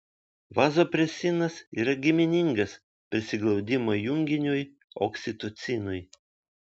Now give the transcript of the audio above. vazopresinas yra giminingas prisiglaudimo junginiui oksitocinui